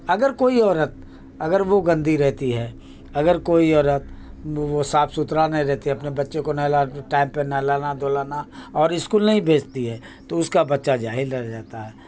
اگر کوئی عورت اگر وہ گندی رہتی ہے اگر کوئی عورت وہ صاف ستھرا نہیں رہتی ہے اپنے بچے کو نہلا ٹائم پہ نہلانا دھلانا اور اسکول نہیں بھیجتی ہے تو اس کا بچہ جاہل رہ جاتا ہے